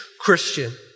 Christian